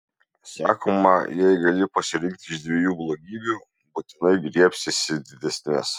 sakoma jei gali pasirinkti iš dviejų blogybių būtinai griebsiesi didesnės